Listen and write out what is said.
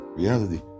reality